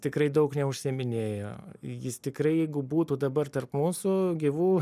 tikrai daug neužsiiminėjo jis tikrai jeigu būtų dabar tarp mūsų gyvų